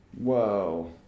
whoa